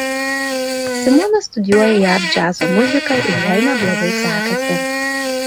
simona studijuoja jav džiazo muziką ir jai neblogai sekasi